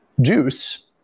Juice